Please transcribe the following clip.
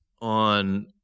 On